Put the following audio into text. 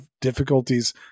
difficulties